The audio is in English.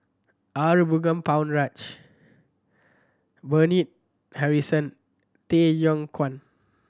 Arumugam Ponnu Rajah Bernard Harrison Tay Yong Kwang